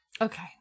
Okay